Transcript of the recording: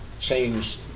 changed